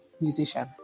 musician